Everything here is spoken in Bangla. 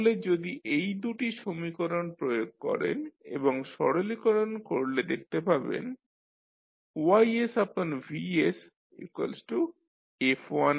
তাহলে যদি এই দুটি সমীকরণ প্রয়োগ করেন এবং সরলীকরণ করলে দেখতে পাবেন YsVsF1sF2